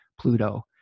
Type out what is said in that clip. Pluto